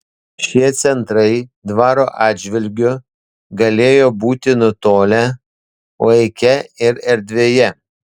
šie centrai dvaro atžvilgiu galėjo būti nutolę laike ir erdvėje